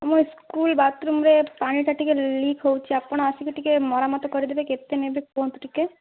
ଆମ ସ୍କୁଲ୍ ବାଥ୍ରୁମ୍ରେ ପାଣିଟା ଟିକେ ଲିକ୍ ହେଉଛି ଆପଣ ଆସିକି ଟିକେ ମରାମତି କରିଦେବେ କେତେ ନେବେ କୁହନ୍ତୁ ଟିକେ